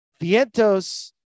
Vientos